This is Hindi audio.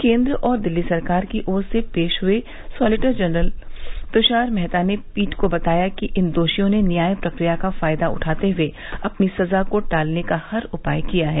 केंद्र और दिल्ली सरकार की ओर से पेश हए सोलीटर जनरल तृषार मेहता ने पीठ को बताया कि इन दोषियों ने न्याय प्रक्रिया का फायदा उठाते हुए अपनी सजा को टालने का हर उपाय किया है